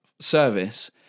service